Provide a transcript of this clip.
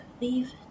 leave